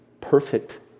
perfect